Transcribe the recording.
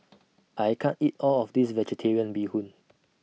I can't eat All of This Vegetarian Bee Hoon